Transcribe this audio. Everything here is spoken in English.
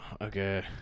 okay